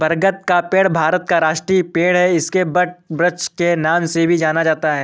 बरगद का पेड़ भारत का राष्ट्रीय पेड़ है इसको वटवृक्ष के नाम से भी जाना जाता है